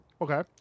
Okay